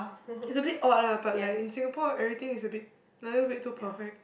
it's a bit odd lah but like in Singapore everything is a bit a little bit too perfect